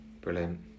Brilliant